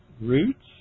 roots